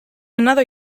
another